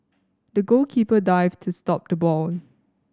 the goalkeeper dived to stop the ball